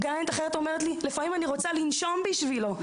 גננת אחרת אומרת לי: לפעמים אני רוצה לנשום בשבילו.